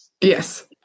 Yes